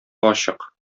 ачык